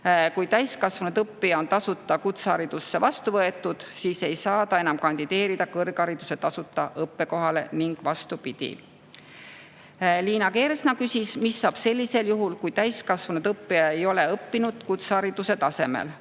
Kui täiskasvanud õppija on tasuta kutseharidusse vastu võetud, siis ei saa ta enam kandideerida kõrghariduse tasuta õppekohale ning vastupidi. Liina Kersna küsis, mis saab sellisel juhul, kui täiskasvanud õppija ei ole õppinud kutsehariduse tasemel,